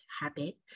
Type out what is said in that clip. habit